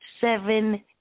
Seven